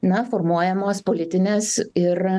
na formuojamos politinės ir